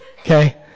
Okay